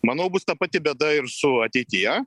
manau bus ta pati bėda ir su ateityje